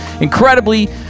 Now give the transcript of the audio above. Incredibly